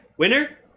Winner